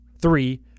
three